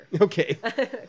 Okay